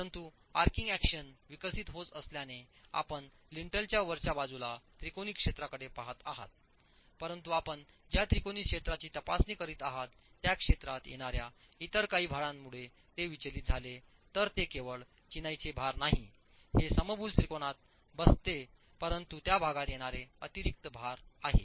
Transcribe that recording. परंतु arching action विकसित होत असल्याने आपण लिंटलच्या वरच्या बाजूला त्रिकोणी क्षेत्राकडे पहात आहात परंतु आपण ज्या त्रिकोणी क्षेत्राची तपासणी करत आहात त्या क्षेत्रात येणाऱ्या इतर काही भारांमुळे ते विचलित झाले तर ते केवळ चिनाईचे भार नाही हे समभुज त्रिकोणात बसते परंतु त्या भागात येणारे अतिरिक्त भार आहे